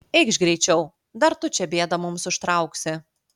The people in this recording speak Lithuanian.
eikš greičiau dar tu čia bėdą mums užtrauksi